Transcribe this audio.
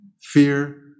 Fear